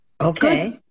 Okay